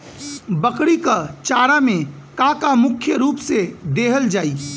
बकरी क चारा में का का मुख्य रूप से देहल जाई?